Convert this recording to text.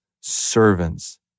servants